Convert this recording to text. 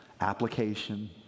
application